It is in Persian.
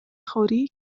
خوری